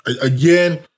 Again